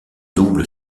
double